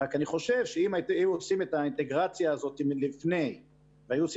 רק אני חושב שאם היו עושים את האינטגרציה לפני והיו עושים